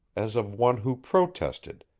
as of one who protested,